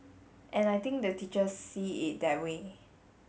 and I think the teachers see it that way